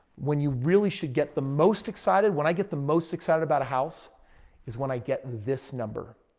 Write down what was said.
when you really should get the most excited. when i get the most excited about a house is when i get this number.